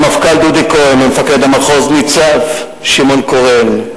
למפכ"ל דודי כהן, למפקד המחוז ניצב שמעון קורן,